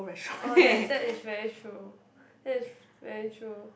oh that that is very true that is very true